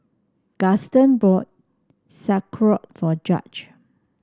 Gaston bought Sauerkraut for Judge